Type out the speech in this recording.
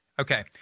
Okay